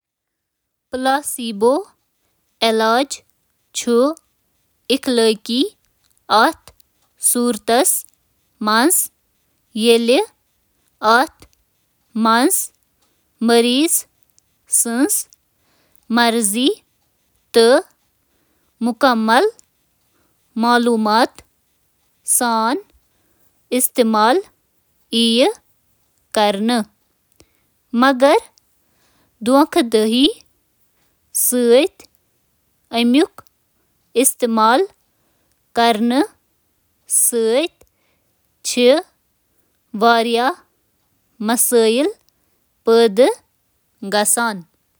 عام طور چھُ اَتھ کَتھِ پٮ۪ٹھ اتفاق یِوان کرنہٕ زِ پلیسیبو چھُ غٲر اخلٲقی ییٚلہِ امکہِ استعمالُک نٔتیٖجہٕ چھُ ناقابل واپسی نۄقصان، موت، یا باقی سنگین بیمارِین ہُنٛد امکان۔